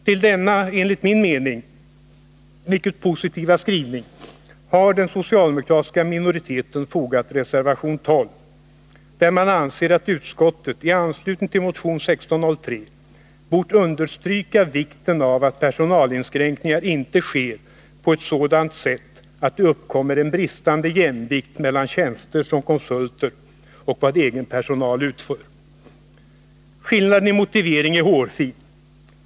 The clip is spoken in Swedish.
Till denna enligt min mening mycket positiva skrivning har den socialdemokratiska minoriteten fogat reservation 12, där man anser att utskottet i anslutning till motion 1603 bort understryka vikten av att personalinskränkningar inte sker på ett sådant sätt att det uppkommer en bristande jämvikt mellan tjänster från konsulter och vad egen personal utför. Skillnaden i motivering är hårfin.